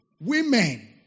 Women